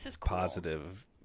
positive